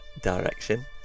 direction